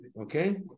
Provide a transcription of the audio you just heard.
okay